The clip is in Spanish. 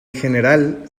general